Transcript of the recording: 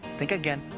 think again.